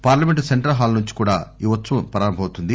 parliament central hall నుంచి కూడా ఈ ఉత్సవం ప్రారంభమవుతుంది